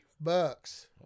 bucks